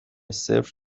صفر